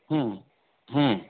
ಹಾಂ ಹಾಂ